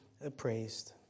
appraised